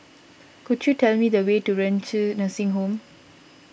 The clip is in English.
could you tell me the way to Renci Nursing Home